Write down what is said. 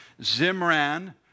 Zimran